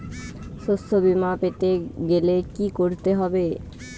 শষ্যবীমা পেতে গেলে কি করতে হবে?